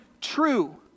true